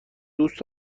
دوست